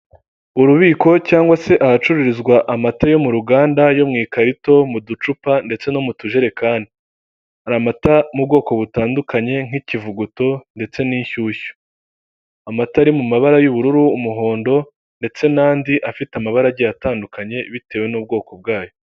Urubiko cyangwa se ahacururizwa amata yo mu ruganda yo mu ikarito mu ducupa ndetse no mu tujerekani, hari amata mu bwoko butandukanye nk'ikivuguto ndetse n'inshyushyu, amata ari mu mabara y'ubururu umuhondo ndetse n'andi afite amabarage atandukanye bitewe n'ubwoko bwayo.